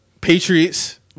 Patriots